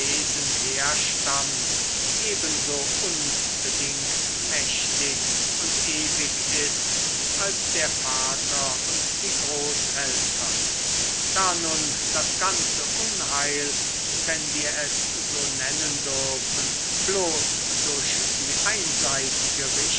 herstammt ebenso unbedingt mächtig und ewig ist als der vater und die großeltern da nun das ganze unheil wenn wir es so nennen dürfen bloß durch die einseitige